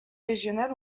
régional